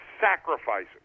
sacrificing